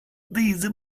diese